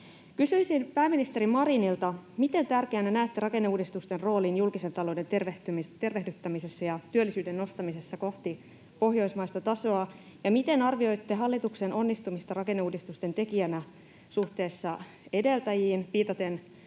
Kysyisin pääministeri Marinilta: Miten tärkeänä näette rakenneuudistusten roolin julkisen talouden tervehdyttämisessä ja työllisyyden nostamisessa kohti pohjoismaista tasoa? Miten arvioitte hallituksen onnistumista rakenneuudistusten tekijänä suhteessa edeltäjiin, viitaten